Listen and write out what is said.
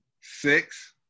Six